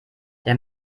der